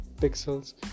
pixels